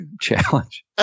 Challenge